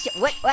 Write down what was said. what? but